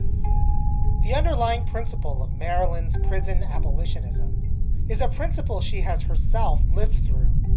the underlying principle of maryland's prison abolitionism is a principle she has herself lived through